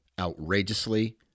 outrageously